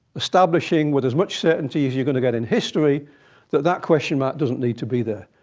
establishing with as much certainty as you're going to get in history that that question mark doesn't need to be there.